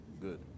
Good